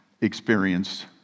experience